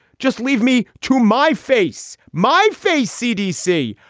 just leave me to my face. my face, c d c.